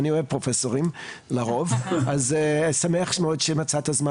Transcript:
אני אוהב פרופסורים לרוב.